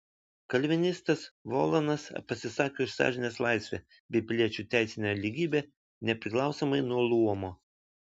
kalvinistas volanas pasisakė už sąžinės laisvę bei piliečių teisinę lygybę nepriklausomai nuo luomo